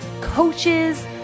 coaches